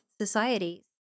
societies